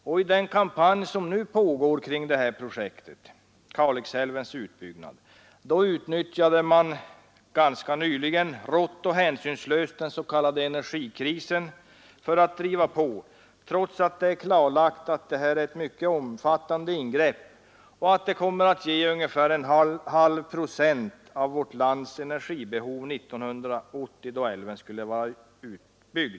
I den kampanj som pågår kring projektet utnyttjade man rått och hänsynslöst den s.k. energikrisen för att driva på, trots att det är klarlagt att detta mycket omfattande ingrepp kommer att ge endast ungefär en halv procent av vårt lands energibehov 1980, då älven skulle vara utbyggd.